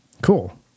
Cool